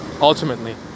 Ultimately